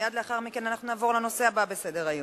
ומייד לאחר מכן אנחנו נעבור לנושא הבא בסדר-היום.